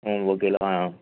ఒక కిలో